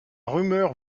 rumeur